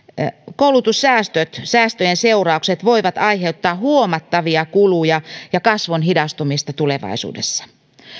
koulutussäästöt ja säästöjen seuraukset voivat aiheuttaa huomattavia kuluja ja kasvun hidastumista tulevaisuudessa